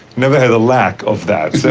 never had a lack of that